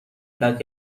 کرد